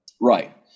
Right